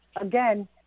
again